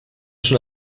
schon